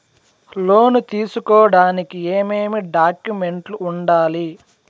లోను తీసుకోడానికి ఏమేమి డాక్యుమెంట్లు ఉండాలి